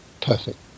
perfect